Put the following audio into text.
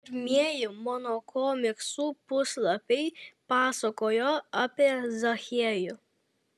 pirmieji mano komiksų puslapiai pasakojo apie zachiejų